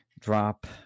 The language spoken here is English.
drop